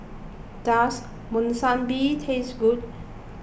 does Monsunabe taste good